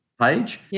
page